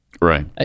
Right